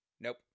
nope